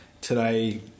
today